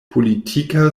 politika